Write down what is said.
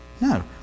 No